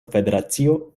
federacio